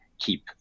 keep